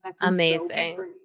amazing